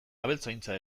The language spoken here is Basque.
abeltzaintza